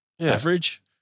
average